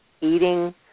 Eating